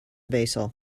basil